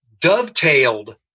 Dovetailed